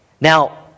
Now